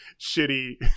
shitty